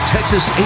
Texas